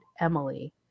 Emily